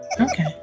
Okay